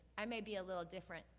i may be a little different.